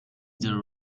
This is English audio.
there